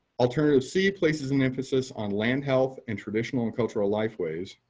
alternative c places an emphasis on land health and traditional and cultural life ways.